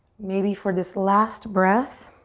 maybe for this last breath,